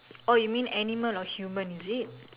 orh you mean animal or human is it